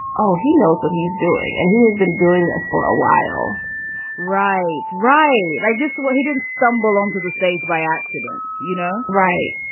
oh, he knows what he's doing. and he has been doing this for a while right. right. like this will. he didn't stumble onto the stage by accident, you know? right.